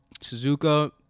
Suzuka